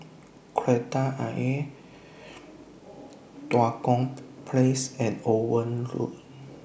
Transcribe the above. Kreta Ayer Tua Kong Place and Owen Road